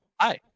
hi